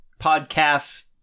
podcasts